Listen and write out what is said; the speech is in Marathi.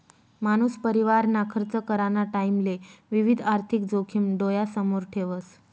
मानूस परिवारना खर्च कराना टाईमले विविध आर्थिक जोखिम डोयासमोर ठेवस